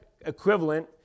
equivalent